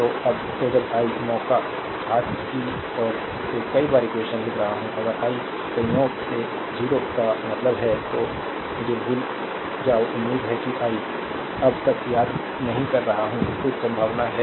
तो जब आई मौका हाथ की ओर से कई बार इक्वेशन लिख रहा हूं अगर आई संयोग से 0 का मतलब है तो मुझे भूल जाओ उम्मीद है कि आई अब तक याद नहीं कर रहा हूं कुछ संभावना है